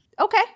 Okay